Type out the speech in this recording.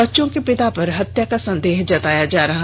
बच्चों के पिता पर हत्या का संदेह जताया जा रहा है